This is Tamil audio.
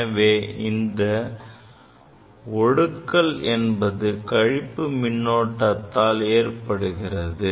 எனவே இந்த ஒடுக்கல் என்பது கழிப்பு மின்னோட்டத்தால் ஏற்படுகிறது